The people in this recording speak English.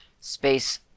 space